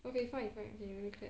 okay fine fine okay let me clap